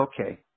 okay